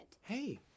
Hey